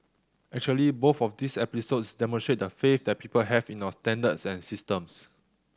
actually both of these episodes demonstrate the faith that people have in our standards and systems